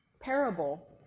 parable